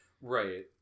right